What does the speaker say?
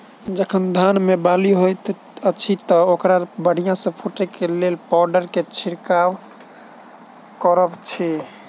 जखन धान मे बाली हएत अछि तऽ ओकरा बढ़िया सँ फूटै केँ लेल केँ पावडर केँ छिरकाव करऽ छी?